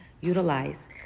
utilize